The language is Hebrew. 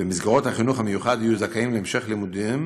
במסגרות החינוך המיוחד יהיו זכאים להמשך לימודיהם